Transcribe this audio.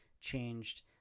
changed